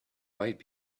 might